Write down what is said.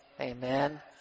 Amen